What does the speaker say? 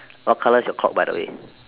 what colour is your clock by the way